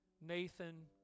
Nathan